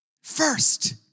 first